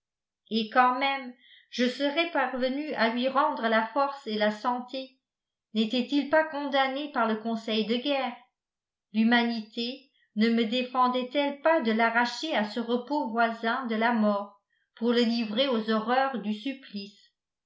et quand même je serais parvenu à lui rendre la force et la santé n'était-il pas condamné par le conseil de guerre l'humanité ne me défendait elle pas de l'arracher à ce repos voisin de la mort pour le livrer aux horreurs du supplice